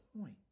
point